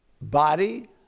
body